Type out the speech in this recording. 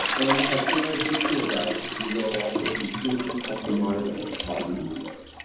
and we have four additional variables. these are also completely customizable by the user.